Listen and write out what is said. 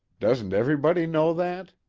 doesn't everybody know that?